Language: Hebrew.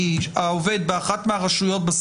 סוציאלי העובד באחת מהרשויות.